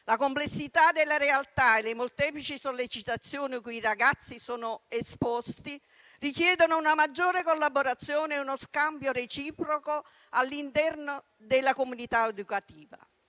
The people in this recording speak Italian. La complessità della realtà e le molteplici sollecitazioni cui i ragazzi sono esposti richiedono una maggiore collaborazione e uno scambio reciproco all'interno della comunità educativa.